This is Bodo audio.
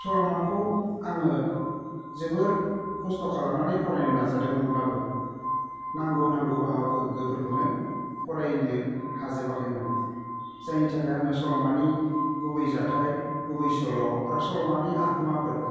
सल'माखौ आङो जोबोर खस्थ' खालामनानै फरायनो नाजादोंमोनब्लाबो नांगौ नांगौ बाहागोफोरखौनो फरायनो हाजोबाखैमोन जायनि थाखाय आङो सल'मानि गुबै जाथाइ गुबै सल' आरो सल'मानि आखुमाफोर